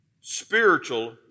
Spiritual